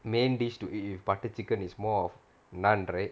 main dish to eat with butter chicken is more of naan right